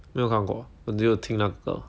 没有看过我只有听那个歌